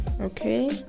okay